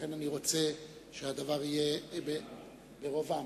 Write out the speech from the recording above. ולכן אני רוצה שהדבר יהיה ברוב עם.